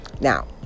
Now